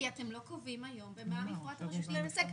כי אתם לא קובעים היום במה המפרט הרשותי עוסק.